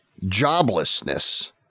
joblessness